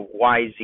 YZ